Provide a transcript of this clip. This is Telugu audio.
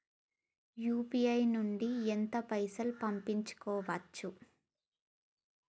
యూ.పీ.ఐ నుండి ఎంత పైసల్ పంపుకోవచ్చు?